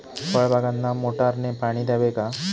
फळबागांना मोटारने पाणी द्यावे का?